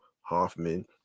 Hoffman